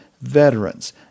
veterans